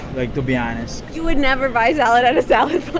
like, to be honest you would never buy salad at a salad